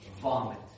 vomit